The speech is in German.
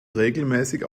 regelmäßig